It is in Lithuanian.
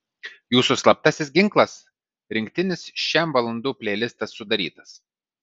jūsų slaptasis ginklas rinktinis šem valandų pleilistas sudarytas